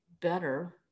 better